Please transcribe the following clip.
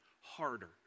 harder